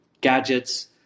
Gadgets